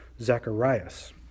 Zacharias